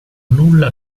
nulla